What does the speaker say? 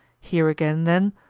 here again, then,